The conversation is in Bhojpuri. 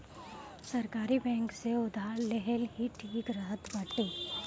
सरकारी बैंक से उधार लेहल ही ठीक रहत बाटे